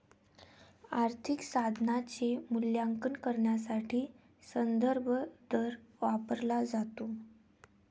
आर्थिक साधनाचे मूल्यांकन करण्यासाठी संदर्भ दर वापरला जातो